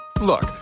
Look